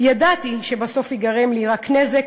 ידעתי שבסוף ייגרם לי רק נזק,